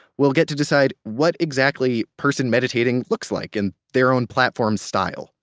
will get to decide what exactly person meditating looks like in their own platform style.